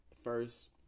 first